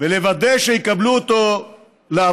וכדי לוודא שיקבלו אותו לעבודה